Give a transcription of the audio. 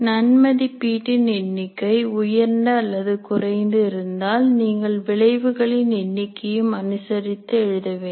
நன் மதிப்பீட்டின் எண்ணிக்கை உயர்ந்த அல்லது குறைந்து இருந்தால் நீங்கள் விளைவுகளின் எண்ணிக்கையும் அனுசரித்து எழுத வேண்டும்